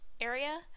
area